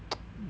um